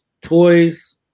toys